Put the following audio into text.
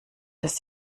dass